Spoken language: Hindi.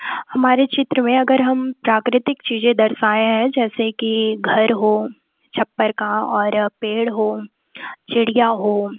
हमारे क्षेत्र में अगर हम प्राकृतिक चीज़ें दर्शाएँ हैं जैसे कि घर हो छप्पर का और पेड़ हो चिड़िया हो